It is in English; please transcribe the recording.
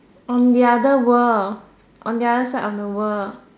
on the other world on the other side of the world